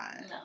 No